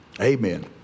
Amen